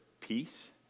peace